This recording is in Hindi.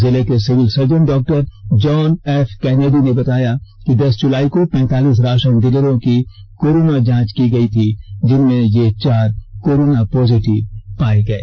जिले के civil surgeon doctor John F Kennedy ने बताया कि दस जुलाई को पैंतालीस राषन डीलरों की कोरोना जांच की गयी थी जिनमें ये चार कोरोना पॉजिटिव पाए गए